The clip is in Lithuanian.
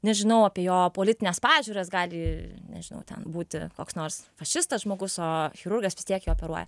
nežinau apie jo politines pažiūras gali nežinau ten būti koks nors fašistas žmogus o chirurgas vis tiek jį operuoja